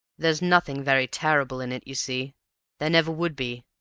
there's nothing very terrible in it, you see there never would be,